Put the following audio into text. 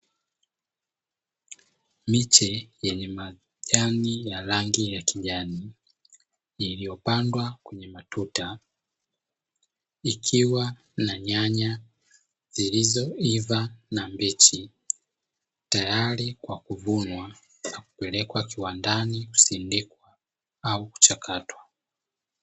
Miche yenye majani ya rangi ya kijani iliyopandwa kwenye matuta, ikiwa na nyanya zilizoiva na mbichi tayari kwa kuvunwa na kupelekwa kiwandani kusindikwa au kuchakatwa.